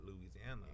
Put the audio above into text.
Louisiana